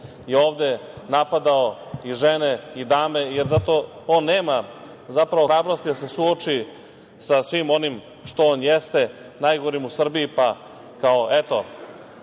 je ovde napadao i žene i dame, jer za to on nema zapravo hrabrosti da se suoči sa svim onim što on jeste, najgorim u Srbiji, pa, kao, eto,